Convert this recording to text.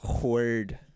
Word